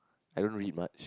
I don't read much